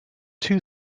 two